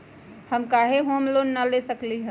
हम काहे home loan न ले सकली ह?